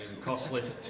costly